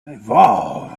evolve